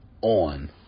on